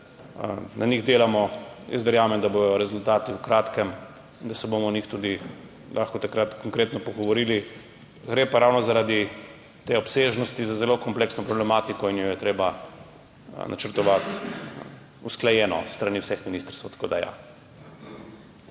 na njih delamo. Jaz verjamem, da bodo rezultati v kratkem, da se bomo o njih lahko takrat tudi konkretno pogovorili. Gre pa ravno zaradi te obsežnosti za zelo kompleksno problematiko in jo je treba načrtovati usklajeno s strani vseh ministrstev.